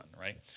right